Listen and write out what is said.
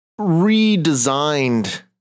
Redesigned